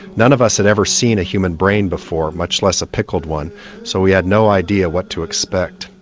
none of us had ever seen a human brain before, much less a pickled one so we had no idea what to expect.